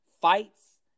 fights